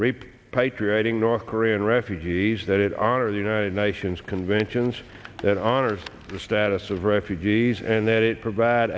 repatriating north korean refugees that it honor the united nations conventions that honors the status of refugees and that it provide